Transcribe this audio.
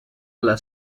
alla